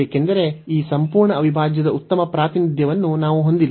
ಏಕೆಂದರೆ ಈ ಸಂಪೂರ್ಣ ಅವಿಭಾಜ್ಯದ ಉತ್ತಮ ಪ್ರಾತಿನಿಧ್ಯವನ್ನು ನಾವು ಹೊಂದಿಲ್ಲ